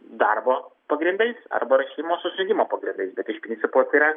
darbo pagrindais arba ir šeimos susijungimo pagrindais bet iš principo tai yra